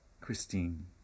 Christine